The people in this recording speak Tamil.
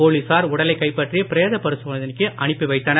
போலீசார் உடலைக் கைப்பற்றி பிரேத பரிசோதனைக்கு அனுப்பி வைத்தனர்